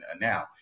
now